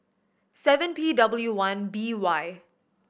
seven P W one B Y